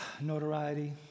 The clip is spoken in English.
notoriety